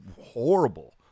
horrible